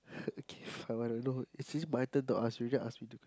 okay fine I don't know it's say my turn to ask you you just ask me the question